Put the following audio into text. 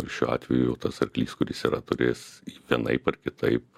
ir šiuo atveju tas arklys kuris yra turės vienaip ar kitaip